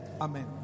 Amen